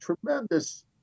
tremendous